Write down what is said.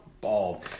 Bald